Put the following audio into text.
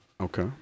Okay